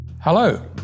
Hello